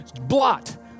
blot